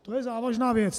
To je závažná věc.